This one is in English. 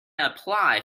apply